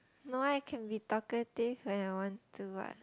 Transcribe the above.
no I can be talkative when I want to but